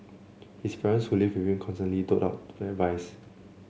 his parents who live with him constantly doled out advice